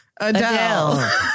Adele